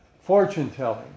fortune-telling